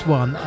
one